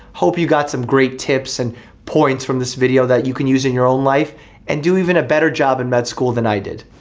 hope you got some great tips and points from this video that you can use in your own life and do even a better job in med school than i did.